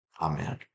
Amen